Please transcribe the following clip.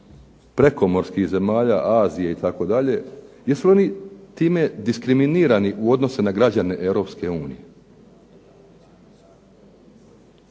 prekomorskih zemalja Azije itd. Jesu li oni time diskriminirani u odnosu na građane Europske unije?